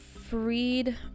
freed